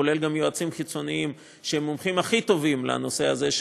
כולל יועצים חיצוניים שהם המומחים הכי טובים לנושא הזה,